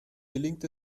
gelingt